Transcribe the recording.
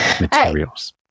materials